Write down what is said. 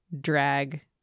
drag